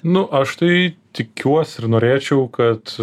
nu aš tai tikiuosi ir norėčiau kad